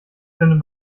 findet